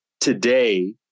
today